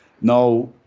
Now